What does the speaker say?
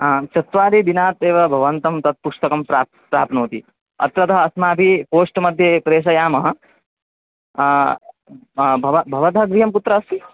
आं चत्वारि दिनात् एव भवते तत् पुस्तकं प्राप्नोति प्राप्नोति अत्रतः अस्माभिः पोस्ट् मध्ये प्रेषयामः भव भवतः गृहं कुत्र अस्ति